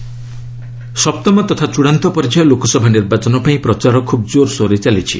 campaigning ସପ୍ତମ ତଥା ଚୂଡ଼ାନ୍ତ ପର୍ଯ୍ୟାୟ ଲୋକସଭା ନିର୍ବାଚନ ପାଇଁ ପ୍ରଚାର ଖୁବ୍ କୋର୍ସୋର୍ରେ ଚାଲିଛି